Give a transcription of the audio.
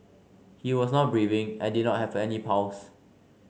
he was not breathing and did not have any pulse